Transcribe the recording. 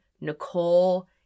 Nicole